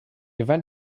event